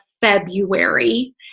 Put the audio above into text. February